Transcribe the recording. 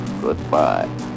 goodbye